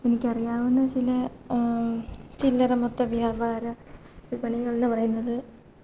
എനിക്കറിയാവുന്ന ചില ചില്ലറമൊത്ത വ്യാപാര വിപണികള് എന്ന് പറയുന്നത്